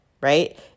right